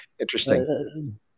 Interesting